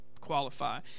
qualify